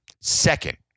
Second